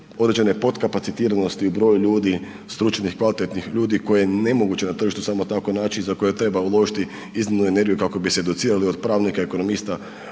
određene potkapacitiranosti u broju ljudi, stručnih kvalitetnih ljudi koje je nemoguće na tržištu samo tako naći i za koje treba uložiti iznimnu energiju kako bi se docirali od pravnika, ekonomista,